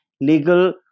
legal